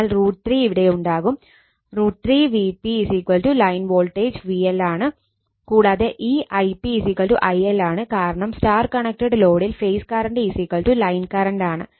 അതിനാൽ √ 3 ഇവിടെയുണ്ടാകും √ 3 Vp line voltage VL ആണ് കൂടാതെ ഈ Ip I L ആണ് കാരണം Y കണക്റ്റഡ് ലോഡിൽ ഫേസ് കറണ്ട് ലൈൻ കറണ്ട് ആണ്